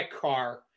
car